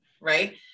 right